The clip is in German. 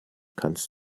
kannst